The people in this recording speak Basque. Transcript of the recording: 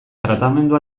tratamendu